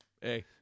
Hey